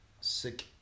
Sick